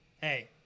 hey